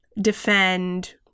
defend